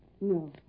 No